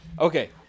Okay